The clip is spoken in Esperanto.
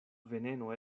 veneno